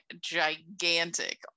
gigantic